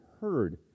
heard